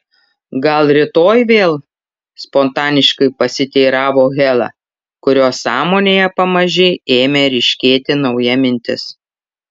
gal rytoj vėl spontaniškai pasiteiravo hela kurios sąmonėje pamaži ėmė ryškėti nauja mintis